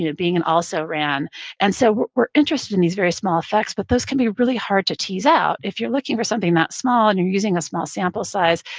you know being an also-ran. and so we're interested in these very small effects, but those can be really hard to tease out. if you're looking for something not small and you're using a small sample size,